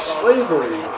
slavery